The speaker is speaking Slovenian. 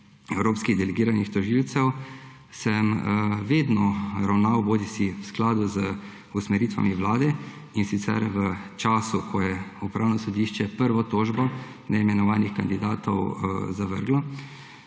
evropskih delegiranih tožilcev, sem vedno ravnal v skladu z usmeritvami Vlade, in sicer v času, ko je Upravno sodišče prvo tožbo neimenovanih kandidatov zavrglo,